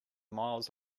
miles